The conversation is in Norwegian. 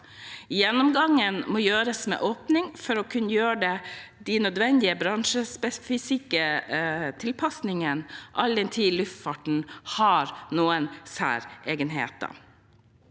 Gjennomgangen må gjøres med åpning for å kunne gjøre de nødvendige bransjespesifikke tilpasningene, all den tid luftfarten har noen særegenheter.